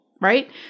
right